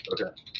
Okay